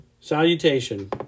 salutation